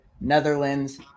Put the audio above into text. Netherlands